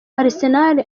arsenal